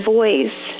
voice